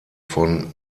von